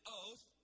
oath